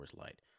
Light